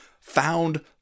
found